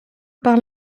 par